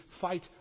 fight